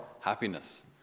happiness